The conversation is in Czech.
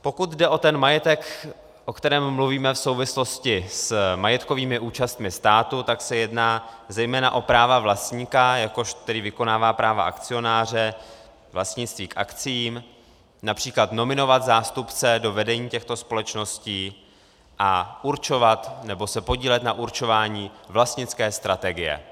Pokud jde o ten majetek, o kterém mluvíme v souvislosti s majetkovými účastmi státu, tak se jedná zejména o práva vlastníka, který vykonává práva akcionáře, vlastnictví k akciím, např. nominovat zástupce do vedení těchto společností a určovat nebo se podílet na určování vlastnické strategie.